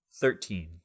Thirteen